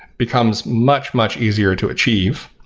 becomes much, much easier to achieve.